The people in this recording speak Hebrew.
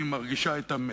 אני מרגישה את המתח,